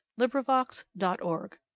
LibriVox.org